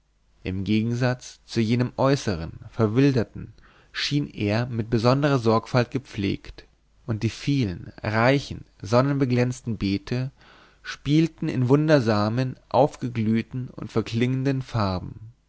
im gegensatz zu jenem äußeren verwilderten schien er mit besondrer sorgfalt gepflegt und die vielen reichen sonnbeglänzten beete spielten in wundersamen aufgeglühten und verklingenden farben